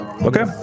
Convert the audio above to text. Okay